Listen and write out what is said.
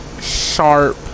sharp